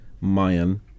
Mayan